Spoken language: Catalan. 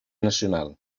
nacional